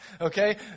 Okay